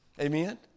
Amen